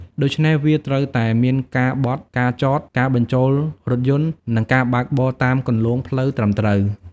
ដូច្នេះ វាត្រូវតែមានការបត់ ការចត ការបញ្ជូលរថយន្ត និងការបើកបរតាមគន្លងផ្លូវត្រឹមត្រូវ។